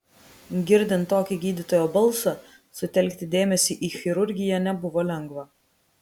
girdint tokį gydytojo balsą sutelkti dėmesį į chirurgiją nebuvo lengva